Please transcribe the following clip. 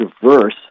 diverse